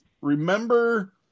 remember